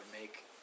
make